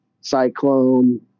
Cyclone